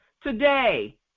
today